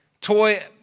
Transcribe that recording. toy